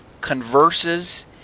converses